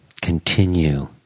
continue